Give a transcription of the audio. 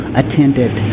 attended